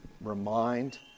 remind